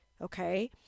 okay